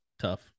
tough